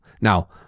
Now